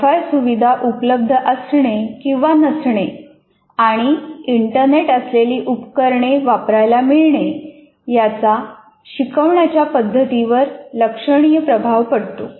wifi सुविधा उपलब्ध असणे किंवा नसणे आणि इंटरनेट असलेली उपकरणे वापरायला मिळणे याचा शिकवण्याच्या पद्धतीवर लक्षणीय प्रभाव पडतो